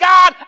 God